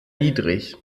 niedrig